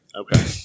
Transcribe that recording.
okay